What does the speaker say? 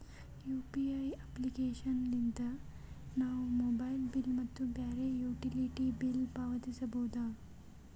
UPI application ಲಿದ್ದ ನಾವು mobile bill ಮತ್ತು ಬ್ಯಾರೆ ಯುಟಿಲಿಟಿ ಬಿಲ್ ಪಾವತಿಸಬೋದು